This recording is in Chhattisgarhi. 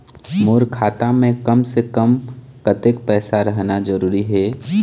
मोर खाता मे कम से से कम कतेक पैसा रहना जरूरी हे?